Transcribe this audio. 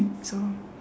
so